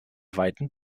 weiten